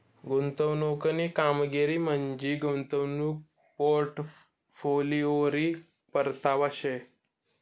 गुंतवणूकनी कामगिरी म्हंजी गुंतवणूक पोर्टफोलिओवरी परतावा शे